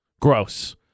Gross